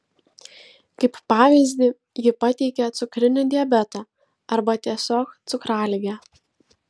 kaip pavyzdį ji pateikia cukrinį diabetą arba tiesiog cukraligę